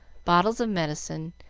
bottles of medicine,